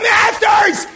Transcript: Masters